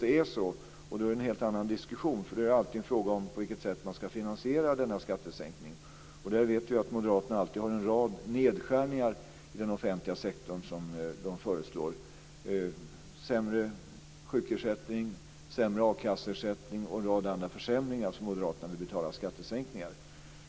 Det är dock en helt annan diskussion, för då är alltid frågan hur man ska finansiera denna skattesänkning. Där vet vi att moderaterna alltid föreslår en rad nedskärningar i den offentliga sektorn. Med sämre sjukersättning, sämre akasseersättning och en rad andra försämringar vill moderaterna betala skattesänkningar.